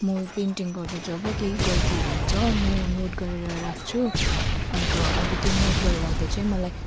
म पेन्टिङ गर्दा जब केही गल्तीहरू हुन्छ म नोट गरेर राख्छु अन्त अब त्यो नोट गरेर राख्दा चाहिँ मलाई